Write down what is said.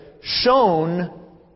shown